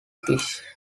fish